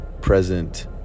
present